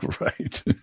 Right